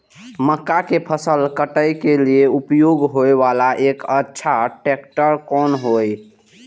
मक्का के फसल काटय के लिए उपयोग होय वाला एक अच्छा ट्रैक्टर कोन हय?